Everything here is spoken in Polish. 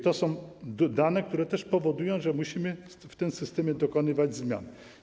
To są dane, które wskazują, że musimy w tym systemie dokonywać zmian.